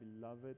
beloved